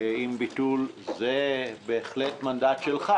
עם ביטול - זה בהחלט מנדט שלך.